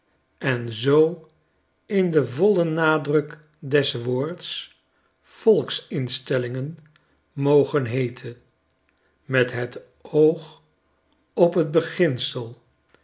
en zoo in den vollen nadruk des woords volksinstellingen mogen heeten met het oog op t beginsel